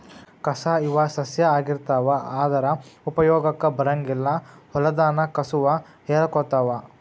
ಕಸಾ ಇವ ಸಸ್ಯಾ ಆಗಿರತಾವ ಆದರ ಉಪಯೋಗಕ್ಕ ಬರಂಗಿಲ್ಲಾ ಹೊಲದಾನ ಕಸುವ ಹೇರಕೊತಾವ